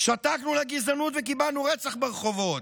שתקנו לגזענות וקיבלנו רצח ברחובות.